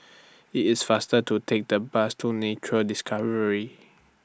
IT IS faster to Take The Bus to Nature Discovery